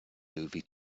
movie